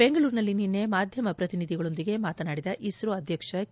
ಬೆಂಗಳೂರಿನಲ್ಲಿ ನಿನ್ನೆ ಮಾಧ್ಯಮ ಪ್ರತಿನಿಧಿಗಳೊಂದಿಗೆ ಮಾತನಾಡಿದ ಇಸ್ರೋ ಅಧ್ಯಕ್ಷ ಕೆ